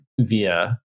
via